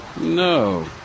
no